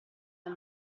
dal